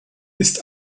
ist